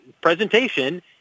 presentation